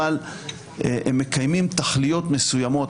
אבל הם מקיימים תכליות מסוימות.